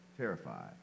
terrified